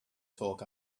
talk